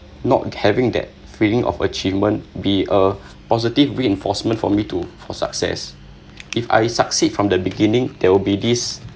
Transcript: not having that feeling of achievement be a positive reinforcement for me too for success if I succeed from the beginning there will be this